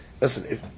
listen